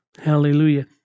Hallelujah